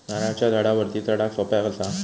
नारळाच्या झाडावरती चडाक सोप्या कसा?